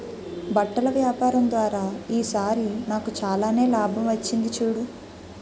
బట్టల వ్యాపారం ద్వారా ఈ సారి నాకు చాలానే లాభం వచ్చింది చూడు